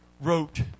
wrote